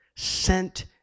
Sent